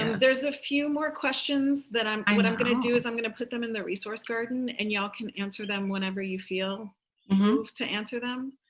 and there's a few more questions that, what i'm going i'm going to do is i'm going to put them in the resource garden and y'all can answer them whenever you feel moved to answer them.